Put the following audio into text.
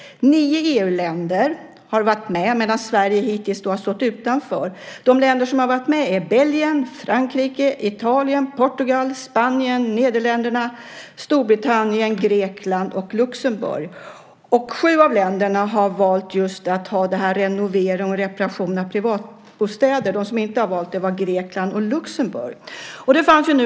Nio EU-länder har varit med medan Sverige hittills har stått utanför. De länder som har varit med är Belgien, Frankrike, Italien, Portugal, Spanien, Nederländerna, Storbritannien, Grekland och Luxemburg. Sju av länderna har valt reducerad moms för just renovering och reparation av privatbostäder. De som inte har valt detta är Grekland och Luxemburg.